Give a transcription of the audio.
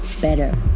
better